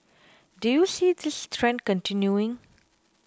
do you see this trend continuing